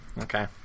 Okay